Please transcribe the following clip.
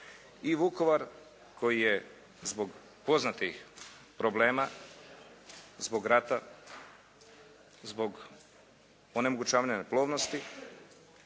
I Vukovar koji je zbog poznatih problema, zbog rata, zbog onemogućavanja neplovnosti